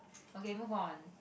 okay move on